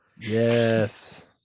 Yes